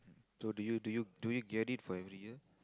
so do you do you do you get it for every year